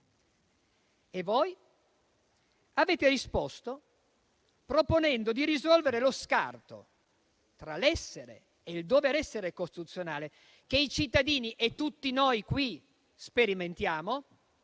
Voi avete risposto proponendo di risolvere lo scarto tra l'essere e il dover essere costituzionale che i cittadini e tutti noi qui sperimentiamo